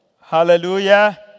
Hallelujah